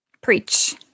Preach